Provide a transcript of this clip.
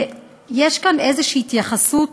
יש כאן איזושהי התייחסות